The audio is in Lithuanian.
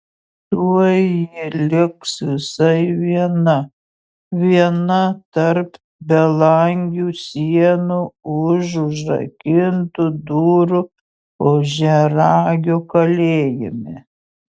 tuoj ji liks visai viena viena tarp belangių sienų už užrakintų durų ožiaragio kalėjime